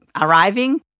arriving